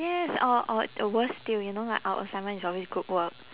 yes or or the worse still you know like our assignment is always group work